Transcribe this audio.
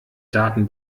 daten